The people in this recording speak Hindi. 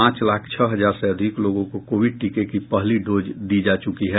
पांच लाख छह हजार से अधिक लोगों को कोविड टीके की पहली डोज दी जा चुकी है